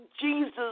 Jesus